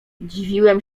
dziwiłem